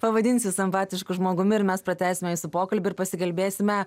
pavadinsiu jus empatišku žmogumi ir mes pratęsime pokalbį ir pasikalbėsime